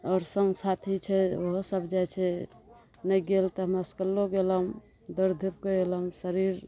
आओर संगी साथी छै ओहो सब जाइ छै नहि गेल तऽ हमरा सब लोग अयलहुॅं दौड़ धूप कऽ अयलहुॅं शरीर